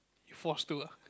forced to ah